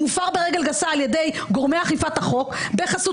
מופר ברגל גסה על ידי גורמי אכיפת החוק בחסות